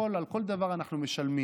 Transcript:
על כל דבר אנחנו משלמים,